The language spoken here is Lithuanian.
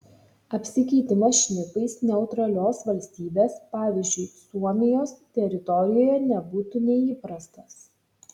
apsikeitimas šnipais neutralios valstybės pavyzdžiui suomijos teritorijoje nebūtų neįprastas